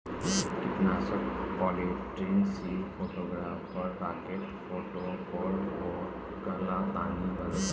कीटनाशक Polytrin C forty four या Rocket forty four होला तनि बताई?